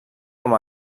com